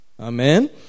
Amen